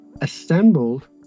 assembled